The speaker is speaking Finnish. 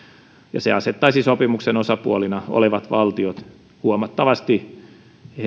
ja se asettaisi sopimuksen osapuolina olevat valtiot huomattavasti